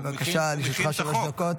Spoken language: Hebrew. בבקשה, לרשותך שלוש דקות.